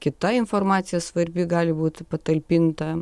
kita informacija svarbi gali būt patalpinta